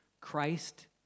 Christ